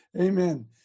Amen